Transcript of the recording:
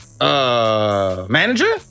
Manager